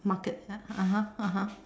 market ya (uh huh) (uh huh)